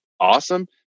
Awesome